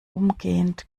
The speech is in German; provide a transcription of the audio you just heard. umgehend